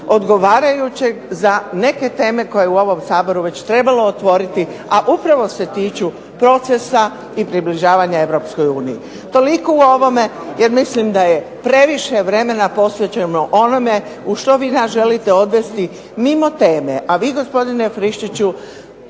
odgovarajućeg za neke teme koje je u ovom Saboru već trebalo otvoriti, a upravo se tiču procesa i približavanja EU. Toliko u ovome jer mislim da je previše vremena posvećeno onome u što vi nas želite odvesti mimo teme. A vi gospodine Friščiću